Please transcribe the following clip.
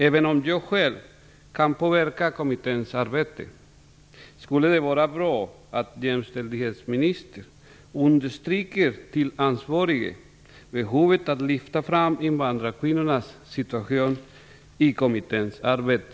Även om jag själv kan påverka kommitténs arbete, skulle det vara bra om jämställdhetsministern understryker för de ansvariga behovet av att lyfta fram invandrarkvinnornas situation i kommitténs arbete.